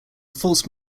false